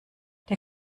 der